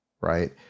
right